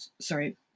sorry